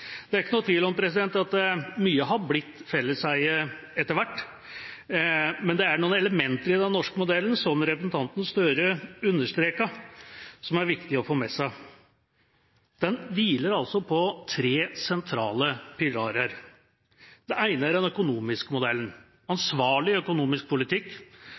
Det er ingen tvil om at mye har blitt felleseie etter hvert, men det er noen elementer i den norske modellen, som representanten Gahr Støre understreket, som det er viktig å få med seg. Den hviler altså på tre sentrale pilarer. Det ene er den økonomiske modellen: en ansvarlig økonomisk politikk,